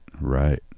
Right